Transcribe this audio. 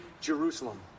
Jerusalem